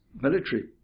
military